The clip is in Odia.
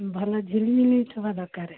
ଭଲ ଝିଲିମିଲି ହେବା ଦର୍କାରେ